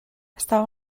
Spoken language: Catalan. estava